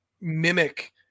mimic